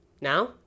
Now